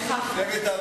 אבל מצביעה כמו "טאטאלע".